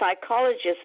psychologist